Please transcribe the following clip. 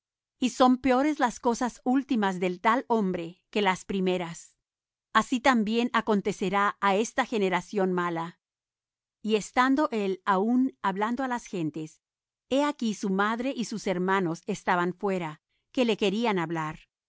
y son peores las cosas últimas del tal hombre que las primeras así también acontecerá á esta generación mala y estando él aún hablando á las gentes he aquí su madre y sus hermanos estaban fuera que le querían hablar